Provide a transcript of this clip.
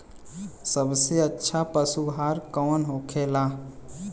सबसे अच्छा पशु आहार कौन होखेला?